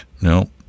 No